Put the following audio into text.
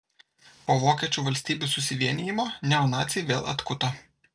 po vokiečių valstybių susivienijimo neonaciai vėl atkuto